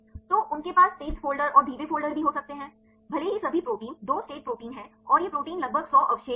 तो उनके पास तेज फ़ोल्डर और धीमे फ़ोल्डर भी हो सकते हैं भले ही सभी प्रोटीन 2 स्टेट प्रोटीन हैं और ये प्रोटीन लगभग सौ अवशेष हैं